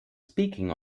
speaking